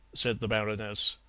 said the baroness.